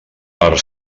per